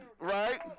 right